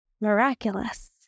miraculous